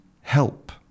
help